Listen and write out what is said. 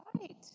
right